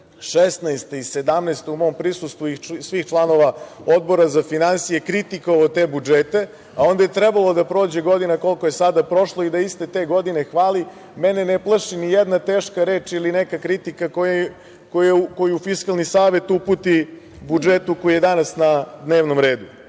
2016. i 2017. u mom prisustvu i svih članova Odbora za finansije kritikovao te budžete, a onda je trebalo da prođe godina koliko je sada prošlo i da iste te godine hvali, mene ne plaši ni jedna teška reč ili neka kritika koju Fiskalni savet uputi budžetu koji je danas na dnevnom